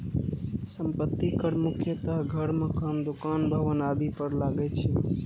संपत्ति कर मुख्यतः घर, मकान, दुकान, भवन आदि पर लागै छै